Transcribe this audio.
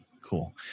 Cool